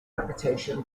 reputation